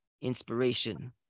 Inspiration